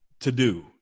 to-do